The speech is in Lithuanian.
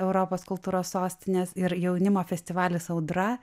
europos kultūros sostinės ir jaunimo festivalis audra